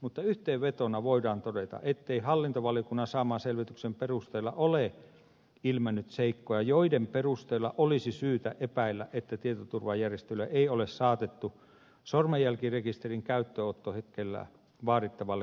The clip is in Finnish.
mutta yhteenvetona voidaan todeta ettei hallintovaliokunnan saaman selvityksen perusteella ole ilmennyt seikkoja joiden perusteella olisi syytä epäillä että tietoturvajärjestelyä ei ole saatettu sormenjälkirekisterin käyttöönottohetkellä vaadittavalle korkealle tasolle